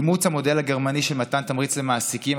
אימוץ המודל הגרמני של מתן תמריץ למעסיקים,